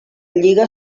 lliga